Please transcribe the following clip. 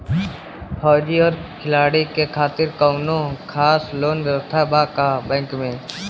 फौजी और खिलाड़ी के खातिर कौनो खास लोन व्यवस्था बा का बैंक में?